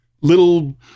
little